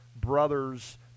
brothers